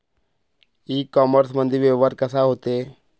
इ कामर्समंदी व्यवहार कसा होते?